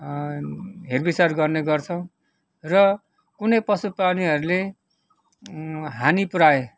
हेर बिचार गर्ने गर्छौँ र कुनै पशु प्राणीहरूले हानी पुऱ्याए